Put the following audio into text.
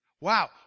Wow